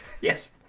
Yes